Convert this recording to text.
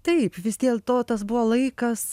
taip vis dėl to tas buvo laikas